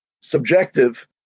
subjective